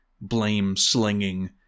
blame-slinging